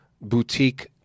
boutique